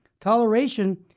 toleration